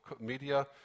media